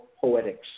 Poetics